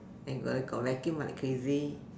and gotta got vacuum ah like crazy